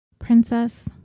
Princess